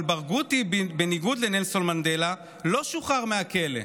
אבל ברגותי, בניגוד לנלסון מנדלה, לא שוחרר מהכלא.